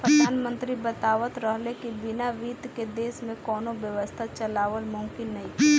प्रधानमंत्री बतावत रहले की बिना बित्त के देश में कौनो व्यवस्था चलावल मुमकिन नइखे